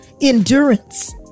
endurance